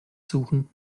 suchen